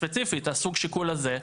ספציפית סוג השיקול הזה,